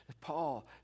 Paul